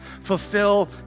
fulfill